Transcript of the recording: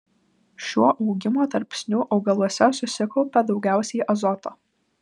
šiuo augimo tarpsniu augaluose susikaupia daugiausiai azoto